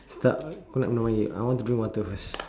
start not yet not yet I want to drink water first